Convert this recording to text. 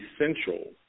essential